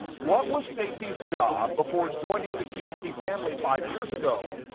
what was stacey's job before joining the qvc family five years ago?